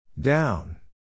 down